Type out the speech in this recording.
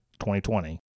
2020